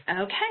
Okay